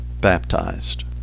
baptized